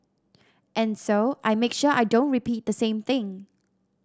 and so I make sure I don't repeat the same thing